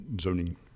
zoning